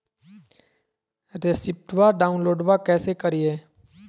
रेसिप्टबा डाउनलोडबा कैसे करिए?